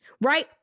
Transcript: right